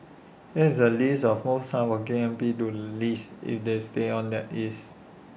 here's A list of most hardworking M P to least if they stay on that is